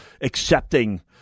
accepting